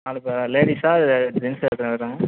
நாலு பேரா லேடீஸ்ஸா ஜென்ஸ் எத்தன பேர் இருக்காங்க